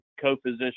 co-physician